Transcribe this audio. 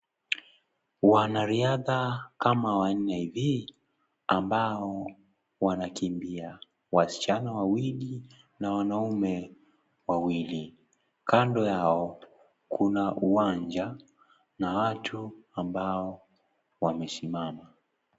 Wanariadha kama wanne hivi ambao wanakimbia, wasichana wawili na wanaume wawili. Kando yao kuna uwanja na watu ambao wamesimama.